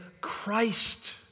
Christ